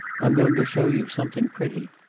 i'm going to show you something pretty.